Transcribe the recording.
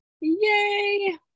Yay